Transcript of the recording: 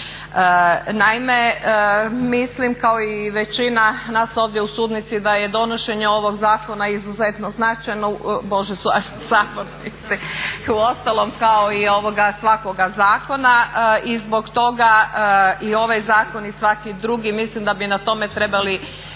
Naime, mislim kao i većina nas ovdje u sabornici da je donošenje ovog zakona izuzetno značajna, uostalom kao i svakoga zakona i zbog toga i ovaj zakon i svaki drugi mislim da bi na tome trebali